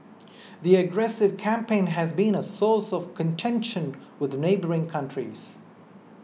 the aggressive campaign has been a source of contention with neighbouring countries